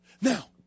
Now